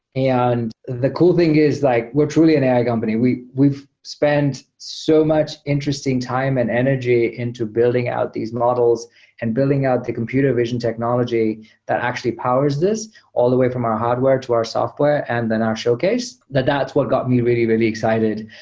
and the cool thing is like we're truly an ai company. we've we've spent so much interesting time and energy into building out these models and building out the computer vision technology that actually powers this all the way from our hardware to our software and then our showcase. that's what got me really, really excited.